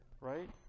right